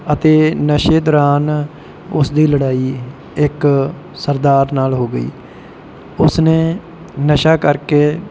ਅਤੇ ਨਸ਼ੇ ਦੌਰਾਨ ਉਸ ਦੀ ਲੜਾਈ ਇੱਕ ਸਰਦਾਰ ਨਾਲ ਹੋ ਗਈ ਉਸ ਨੇ ਨਸ਼ਾ ਕਰਕੇ